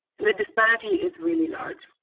and the disparity is really large.